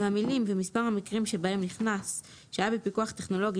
והמילים "ומספר המקרים שבהם נכנס שהיה בפיקוח טכנולוגי